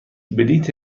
بلیت